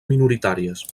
minoritàries